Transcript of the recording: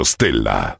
Stella